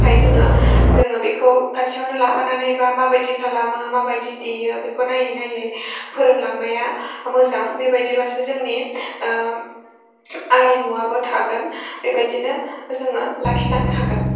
थाखाय जोङो जोङो बेखौ खाथियावनो लाफानानै बा माबादि खालामो माबादि देयो बेखौ नायै नायै फोरोंलांनाया मोजां बेबादिबासो जोंनि आरिमुवाबो थागोन बेबादिनो जोङो लाखि लांनो हागोन